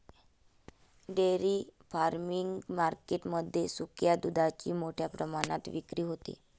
dairy farming market मध्ये सुक्या दुधाची मोठ्या प्रमाणात विक्री होते